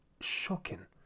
shocking